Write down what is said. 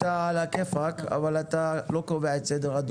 על הכיפאק אבל אתה לא קובע את סדר הדיון.